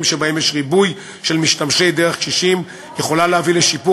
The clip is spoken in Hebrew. שבהם יש ריבוי של משתמשי דרך קשישים יכולה להביא לשיפור